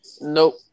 Nope